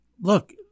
Look